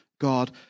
God